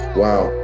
wow